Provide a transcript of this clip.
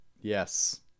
Yes